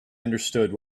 understood